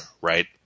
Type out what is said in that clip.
right